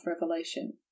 revelation